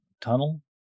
tunnel